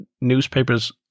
newspapers